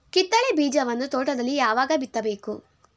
ಕಿತ್ತಳೆ ಬೀಜವನ್ನು ತೋಟದಲ್ಲಿ ಯಾವಾಗ ಬಿತ್ತಬೇಕು?